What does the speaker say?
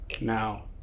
Now